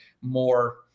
more